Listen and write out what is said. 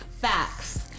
facts